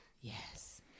Yes